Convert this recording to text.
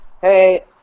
hey